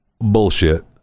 bullshit